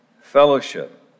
fellowship